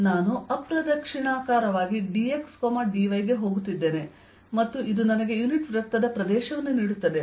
ನಾನು ಅಪ್ರದಕ್ಷಿಣಾಕಾರವಾಗಿ dx dy ಗೆ ಹೋಗುತ್ತಿದ್ದೇನೆ ಮತ್ತು ಇದು ನನಗೆ ಯುನಿಟ್ ವೃತ್ತದ ಪ್ರದೇಶವನ್ನು ನೀಡುತ್ತದೆ